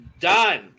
done